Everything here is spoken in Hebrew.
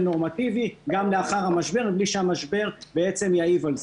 נורמטיבי גם לאחר המשבר בלי שהמשבר בעצם יעיב על זה.